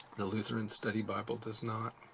the lutheran study bible does not.